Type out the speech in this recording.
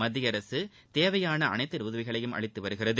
மத்திய அரசு தேவையான அனைத்து உதவிகளையம் அளித்து வருகிறது